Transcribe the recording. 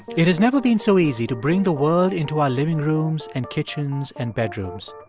it has never been so easy to bring the world into our living rooms and kitchens and bedrooms.